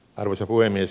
arvoisa puhemies